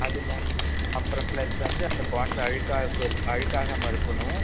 அதில் அப்புறம் ப்ளஸ் வந்து அந்த பாட்டில் அழுக்காக இருக்க அழுக்காகமல் இருக்கணும்